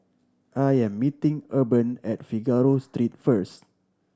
I am meeting Urban at Figaro Street first